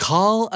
Call